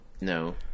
No